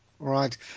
Right